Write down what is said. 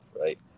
right